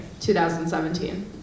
2017